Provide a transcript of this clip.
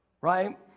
Right